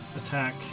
attack